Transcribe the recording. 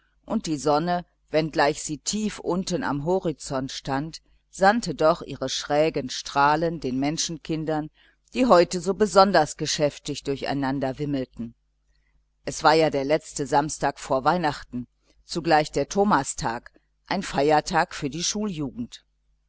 und die sonne wenn sie gleich tief unten am horizont stand sandte doch ihre schrägen strahlen den menschenkindern die heute so besonders geschäftig durcheinander wimmelten es war ja der letzte samstag vor weihnachten zugleich der thomastag ein feiertag für die